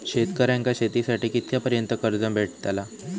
शेतकऱ्यांका शेतीसाठी कितक्या पर्यंत कर्ज भेटताला?